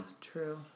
true